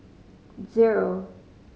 zero